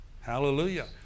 Hallelujah